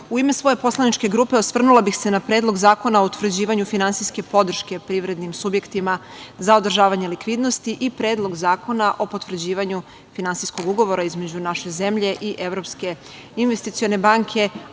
u ime svoje poslaničke grupe osvrnula bih se na Predlog zakona o utvrđivanju finansijske podrške privrednim subjektima za održavanje likvidnosti i Predlog zakona o potvrđivanju finansijskog ugovora između naše zemlje i Evropske investicione banke,